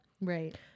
right